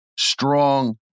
strong